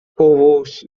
povus